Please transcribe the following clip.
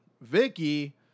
Vicky